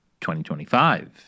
2025